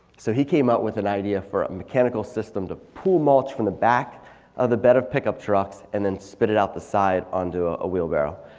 so he came up with an idea for a mechanical system to pull mulch from the back of the bed of pickup trucks and then spit it out the side onto ah a wheelbarrow.